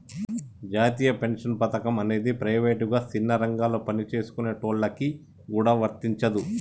జాతీయ పెన్షన్ పథకం అనేది ప్రైవేటుగా సిన్న రంగాలలో పనిచేసుకునేటోళ్ళకి గూడా వర్తించదు